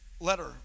letter